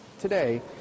Today